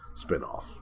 spinoff